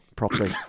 properly